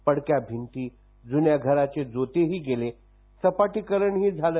पडक्या भिंती जुन्या घरांचे जोतेही गेले सपाटीकरणही झालं